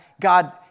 God